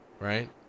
right